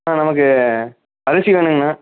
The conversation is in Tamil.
அண்ணா நமக்கு அரிசி வேணுங்கண்ணா